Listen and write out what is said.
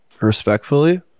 Respectfully